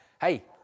hey